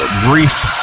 brief